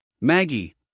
Maggie